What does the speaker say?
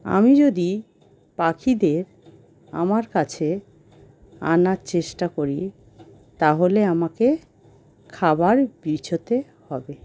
আমি যদি পাখিদের আমার কাছে আনার চেষ্টা করি তাহলে আমাকে খাবার বিছোতে হবে